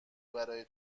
برای